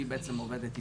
היא בעצם עובדת איתנו,